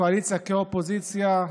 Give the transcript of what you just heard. קואליציה כאופוזיציה,